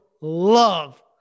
love